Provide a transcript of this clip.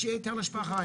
שיהיה היטל השבחה.